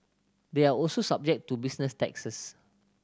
they are also subject to business taxes